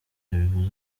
yabivuze